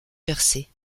percée